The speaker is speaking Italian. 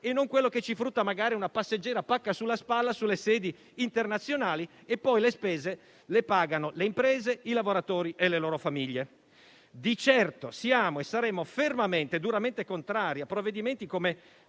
e non quanto ci frutta magari una passeggera pacca sulla spalla nelle sedi internazionali e poi le spese le pagano le imprese, i lavoratori e le loro famiglie. Di certo siamo e saremo fermamente e duramente contrari a provvedimenti come